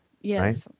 Yes